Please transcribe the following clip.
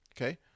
okay